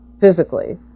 physically